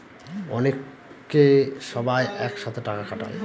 অনেকে সবাই এক সাথে টাকা খাটায়